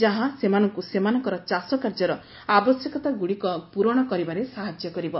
ଯାହା ସେମାନଙ୍କୁ ସେମାନଙ୍କର ଚାଷ କାର୍ଯ୍ୟର ଆବଶ୍ୟକତାଗୁଡ଼ିକର ପୂରଣ କରିବାରେ ସାହାଯ୍ୟ କରିବ